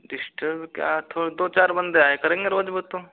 disturb क्या थो दो चार बंदे आया करेंगे रोज वो तो